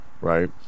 right